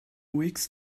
weeks